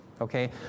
okay